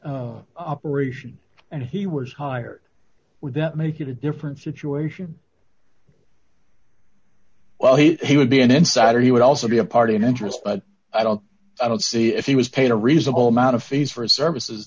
operation and he was hired would that make it a different situation well he would be an insider he would also be a party in interest but i don't i don't see if he was paid a reasonable amount of fees for his services